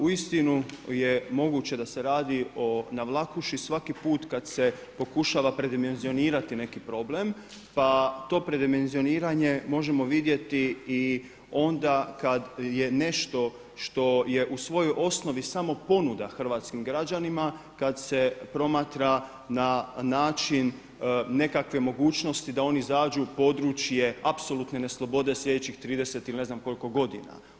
Uistinu je moguće da se radi o navlakuši svaki put kada se pokušava predimenzionirati neki problem pa to predimenzioniranje možemo vidjeti i onda kada je nešto što je u svojoj osnovi samo ponuda hrvatskim građanima kada se promatra na način nekakve mogućnosti da oni zađu u područje apsolutne neslobode sljedećih 30 ili ne znam koliko godina.